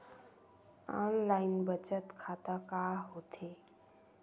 Online बचत खाता का होथे?